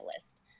list